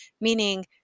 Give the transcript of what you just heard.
meaning